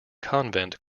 convent